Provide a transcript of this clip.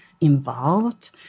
involved